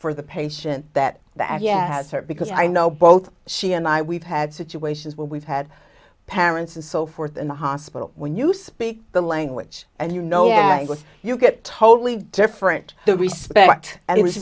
for the patient that that yet has her because i know both she and i we've had situations where we've had parents and so forth in the hospital when you speak the language and you know yeah it was you get totally different the respect that it was